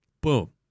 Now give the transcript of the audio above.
Boom